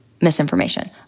misinformation